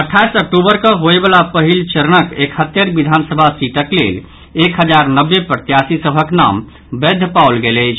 अट्ठाईस अक्टूबर कऽ होयवला पहिल चरणक एकहत्तरि विधानसभा सीटक लेल एक हजार नब्बे प्रत्याशी सभक नाम वैध पाओल गेल अछि